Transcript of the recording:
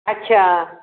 ਅੱਛਾ